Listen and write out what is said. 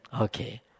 Okay